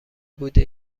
بوده